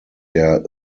der